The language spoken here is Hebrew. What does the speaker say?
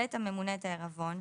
יחלט הממונה את העירבון,